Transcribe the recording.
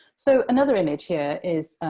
so another image here is